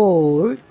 285 volt